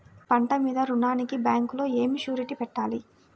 పంట మీద రుణానికి బ్యాంకులో ఏమి షూరిటీ పెట్టాలి?